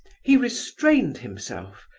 he restrained himself,